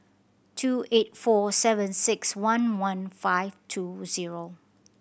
two eight four seven six one one five two zero